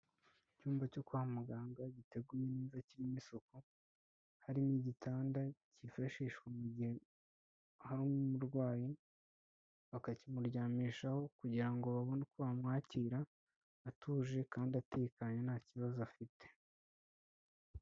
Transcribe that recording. Icyumba cyo kwa muganga giteguye neza kirimo isuku, harimo igitanda cyifashishwa mu gihe harimo umurwayi, bakakimuryamishaho kugira ngo babone uko bamwakira atuje kandi atekanye nta kibazo afite.